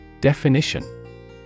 Definition